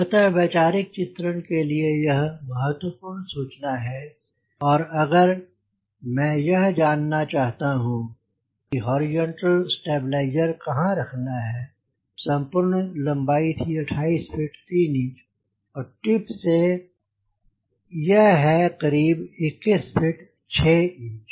अतः वैचारिक चित्रण के लिए यह महत्वपूर्ण सूचना है और अगर मई यह जानना चाहूँ कि हॉरिजॉन्टल स्टैबिलिसेर कहाँ रखना है संपूर्ण लम्बाई थी 28 फ़ीट 3इंच और टिप से इस है करीब 21 फ़ीट 6 इंच